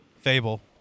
Fable